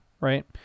right